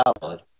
valid